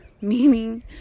meaning